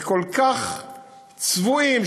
וכל כך צבועים,